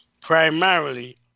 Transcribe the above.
primarily